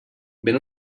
ben